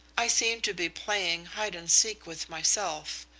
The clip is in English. i seem to be playing hide and seek with myself.